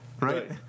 Right